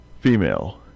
female